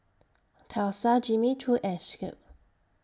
Tesla Jimmy Choo and Schick